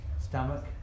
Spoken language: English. Stomach